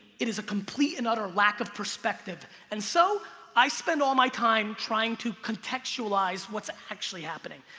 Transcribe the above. it is a complete and utter lack of perspective. and so i spend all my time trying to contextualize what's actually happening.